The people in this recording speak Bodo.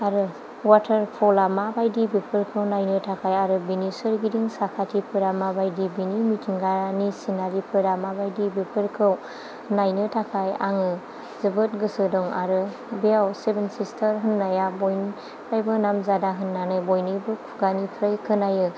आरो वाटार फला माबायदि बेफोरखौ नायनो थाखाय आरो बेनि सोरगिदिं साखाथिफोरा माबायदि बेनि मिथिंगानि सिङारिफोरा माबादि बेफोरखौ नायनो थाखाय आङो जोबोद गोसो दं आरो बेयाव सेभेन सिस्टार होनाया बयनिफ्रायबो नामजादा होननानै बयनिबो खुगानिफ्राइ खोनायो